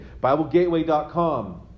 BibleGateway.com